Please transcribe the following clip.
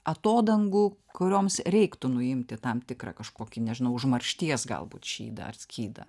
atodangų kurioms reiktų nuimti tam tikrą kažkokį nežinau užmaršties galbūt šydą ar skydą